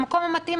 המקום המתאים,